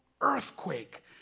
earthquake